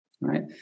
right